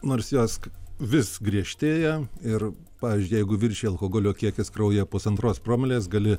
nors jos vis griežtėja ir pavyzdžiui jeigu viršija alkoholio kiekis kraujyje pusantros promilės gali